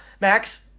Max